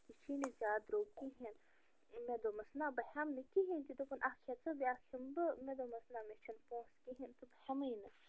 یہِ چھُے نہٕ زیادٕ درٛوٚگ کِہیٖنۍ مےٚ دوٚپمس نَہ بہٕ ہٮ۪مہٕ نہٕ کِہیٖنۍ تہِ دوٚپُن اکھ ہیٚہ ژٕ بیٛاکھ ہٮ۪مہٕ بہٕ مےٚ دوٚپمس نَہ مےٚ چھِنہٕ پونٛسہٕ کِہیٖنۍ تہٕ بہٕ ہٮ۪مٕے نہٕ